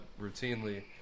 routinely